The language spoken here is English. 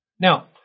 now